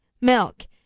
milk